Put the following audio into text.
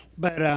but